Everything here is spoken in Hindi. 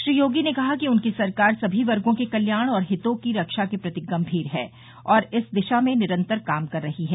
श्री योगी ने कहा कि उनकी सरकार सभी वर्गों के कल्याण और हितों की रक्षा के प्रति गंमीर है और इस दिशा में निरंतर काम कर रही है